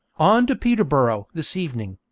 on to peterborough this evening.